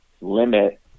limit